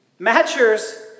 Matchers